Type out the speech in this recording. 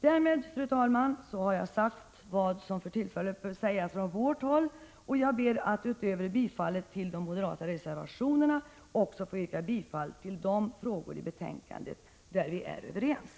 Därmed, fru talman, har jag sagt vad som för tillfället bör sägas från vårt håll, och jag ber att utöver bifallet till de moderata reservationerna också få yrka bifall till utskottets hemställan i de frågor i betänkandet där vi är överens.